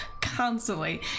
constantly